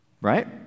Right